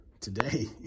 today